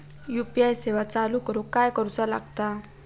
UPI सेवा चालू करूक काय करूचा लागता?